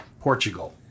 Portugal